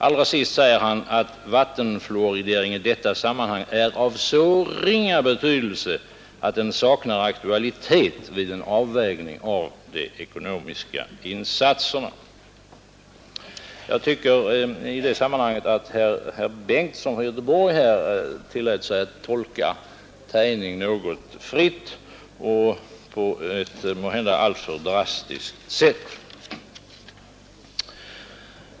Allra sist säger han att vattenfluoridering i detta sammanhang är av så ringa betydelse att den saknar aktualitet vid en avvägning av de ekonomiska insatserna. Jag tycker i det sammanhanget att herr Bengtsson i Göteborg här tillät sig tolka Tejning något fritt och på ett måhända alltför drastiskt sätt.